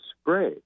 spray